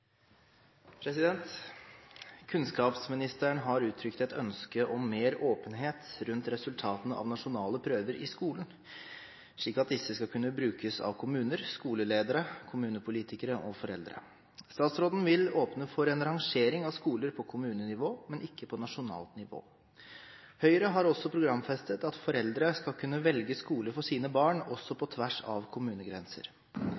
har uttrykt et ønske om mer åpenhet rundt resultatene av nasjonale prøver i skolen, slik at disse skal kunne brukes av kommuner, skoleledere, kommunepolitikere og foreldre. Statsråden vil åpne for rangering av skoler på kommunenivå, men ikke på nasjonalt nivå. Høyre har også programfestet at foreldre skal kunne velge skole for sine barn, også